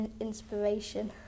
inspiration